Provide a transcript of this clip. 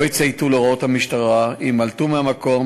לא יצייתו להוראות המשטרה ויימלטו מהמקום